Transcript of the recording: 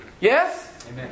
Yes